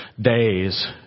days